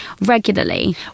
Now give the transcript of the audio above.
regularly